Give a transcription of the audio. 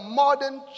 modern